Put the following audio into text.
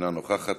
אינה נוכחת,